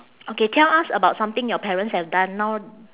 okay tell us about something your parents have done now